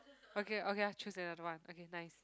okay okay I choose another one okay nice